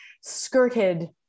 skirted